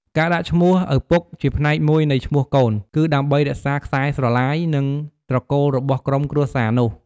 ការដាក់ឈ្មោះឪពុកជាផ្នែកមួយនៃឈ្មោះកូន គឺដើម្បីរក្សាខ្សែស្រឡាយ និងត្រកូលរបស់ក្រុមគ្រួសារនោះ។